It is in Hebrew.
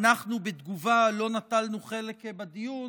ואנחנו בתגובה לא נטלנו חלק בדיון,